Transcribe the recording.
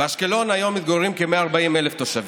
באשקלון היום מתגוררים כ-140,000 תושבים,